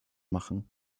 machen